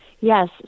Yes